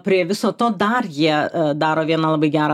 prie viso to dar jie daro vieną labai gerą